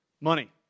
Money